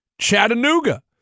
Chattanooga